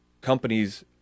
companies